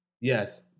Yes